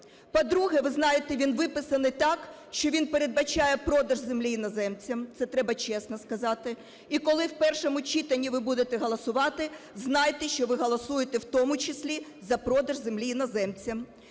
по-друге, ви знаєте, він виписаний так, що він передбачає продаж землі іноземцям, це треба чесно сказати. І коли в першому читанні ви будете голосувати, знайте, що ви голосуєте в тому числі за продаж землі іноземцям.